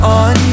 on